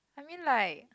I mean like